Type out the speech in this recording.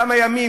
כמה ימים,